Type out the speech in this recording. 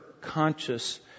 conscious